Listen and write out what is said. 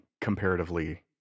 comparatively